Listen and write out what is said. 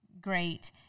great